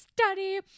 study